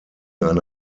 eine